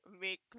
make